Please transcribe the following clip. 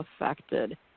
affected